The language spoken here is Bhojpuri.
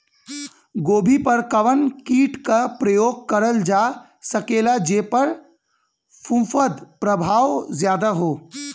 गोभी पर कवन कीट क प्रयोग करल जा सकेला जेपर फूंफद प्रभाव ज्यादा हो?